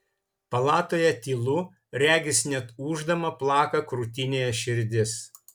palatoje tylu regis net ūždama plaka krūtinėje širdis